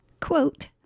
quote